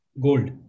gold